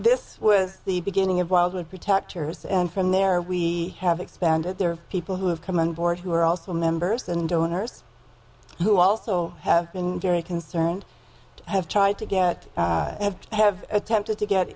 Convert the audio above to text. this was the beginning of wildwood protectors and from there we have expanded there are people who have come on board who are also members and donors who also have been very concerned have tried to get have attempted to get